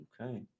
Okay